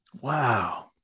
wow